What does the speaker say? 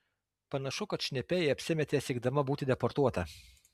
panašu kad šnipe ji apsimetė siekdama būti deportuota